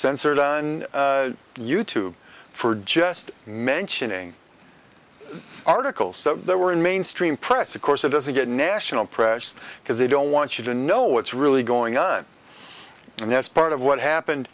censored on you tube for just mentioning articles there were in mainstream press of course it doesn't get national press because they don't want you to know what's really going on and that's part of what happened